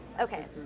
Okay